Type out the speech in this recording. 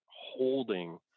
holding